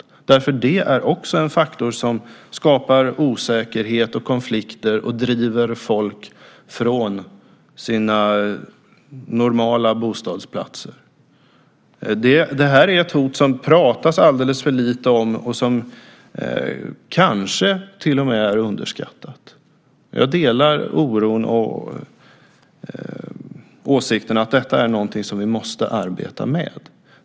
Vattenbrist och miljöförstöring är faktorer som skapar osäkerhet och konflikter och driver folk från sina normala bostadsplatser. Det är ett hot som det pratas alldeles för lite om och som kanske till och med är underskattat. Jag delar oron och åsikten att detta är någonting som vi måste arbeta med.